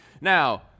Now